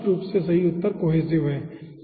तो स्पष्ट रूप से सही उत्तर कोहेसिव है